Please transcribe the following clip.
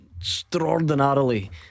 Extraordinarily